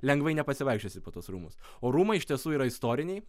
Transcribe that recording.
lengvai nepasivaikščiosi po tuos rūmus o rūmai iš tiesų yra istoriniai